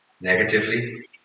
Negatively